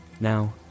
Now